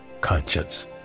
conscience